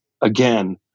again